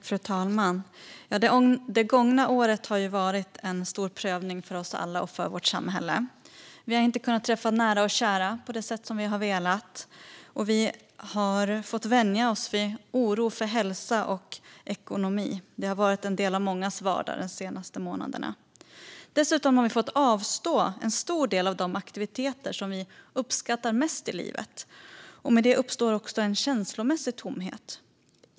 Fru talman! Det gångna året har varit en stor prövning för oss alla och för vårt samhälle. Vi har inte kunnat träffa nära och kära på det sätt som vi har velat, och vi har fått vänja oss vid oro för hälsa och ekonomi. Det har varit en del av mångas vardag de senaste månaderna. Dessutom har vi fått avstå från en stor del av de aktiviteter som vi uppskattar mest i livet, och med det uppstår också en känslomässig tomhet.